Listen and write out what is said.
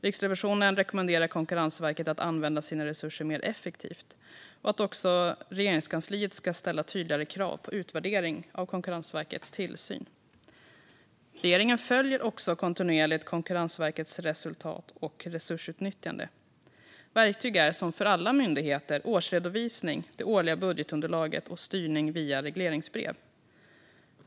Riksrevisionen rekommenderar Konkurrensverket att använda sina resurser mer effektivt och att Regeringskansliet också ska ställa tydligare krav på utvärdering av Konkurrensverkets tillsyn. Regeringen följer kontinuerligt Konkurrensverkets resultat och resursutnyttjande. Verktyg är som för alla myndigheter årsredovisning, det årliga budgetunderlaget och styrningen via regleringsbrev.